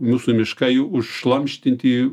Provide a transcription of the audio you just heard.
mūsų miškai užšlamštinti